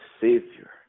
Savior